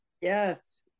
yes